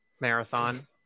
marathon